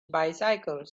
bicycles